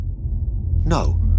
No